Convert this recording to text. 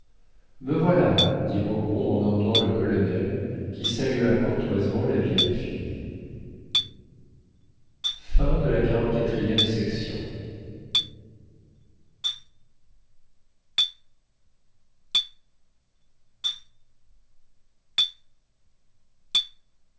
me voilà dit rogron en emmenant le colonel qui salua courtoisement la vieille fille